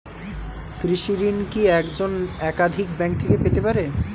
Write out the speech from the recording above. কৃষিঋণ কি একজন একাধিক ব্যাঙ্ক থেকে পেতে পারে?